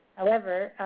however,